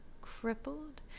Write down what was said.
crippled